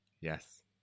Yes